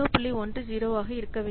10 ஆக இருக்க வேண்டும்